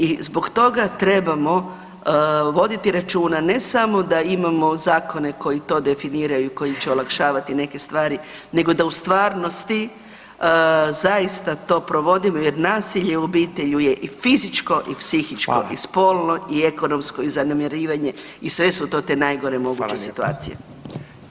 I zbog toga trebamo voditi računa ne samo da imamo zakone koji to definiraju, koji će olakšavati neke stvari nego da u stvarnosti zaista to provodimo jer nasilje u obitelji je i fizičko i psihičko [[Upadica: Hvala.]] i spolno i ekonomsko i zanemarivanje i sve su to te najgore moguće situacije.